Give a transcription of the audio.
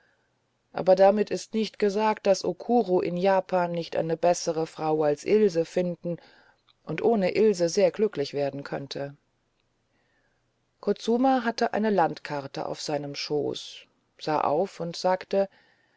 aber damit ist nicht gesagt daß okuro in japan nicht eine bessere frau als ilse finden und ohne ilse sehr glücklich werden könnte kutsuma hatte eine landkarte auf seinem schoß sah auf und sagte